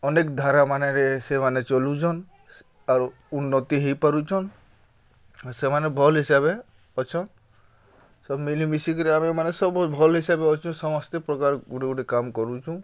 ଅନେକ୍ ଧାରା ମାନରେ ସେମାନେ ଚଲୁଚନ୍ ଆର୍ ଉନ୍ନତି ହେଇପାରୁଚନ୍ ଆଉ ସେମାନେ ଭଲ୍ ହିସାବେ ଅଛନ୍ ସବୁ ମିଲିମିଶିକିରି ଆମେ ମାନେ ସବୁ ଭଲ୍ ହିସାବେ ଅଛୁ ସମସ୍ତେ ପ୍ରକାର୍ ଗୁଟେ ଗୁଟେ କାମ୍ କରୁଚୁଁ